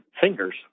fingers